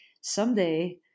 someday